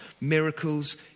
Miracles